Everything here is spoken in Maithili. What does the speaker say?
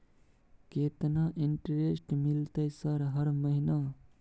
केतना इंटेरेस्ट मिलते सर हर महीना?